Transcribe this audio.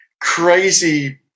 crazy